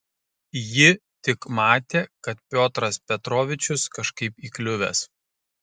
ji tik matė kad piotras petrovičius kažkaip įkliuvęs